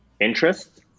interest